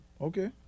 Okay